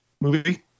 movie